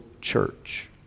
church